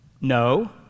No